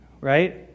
Right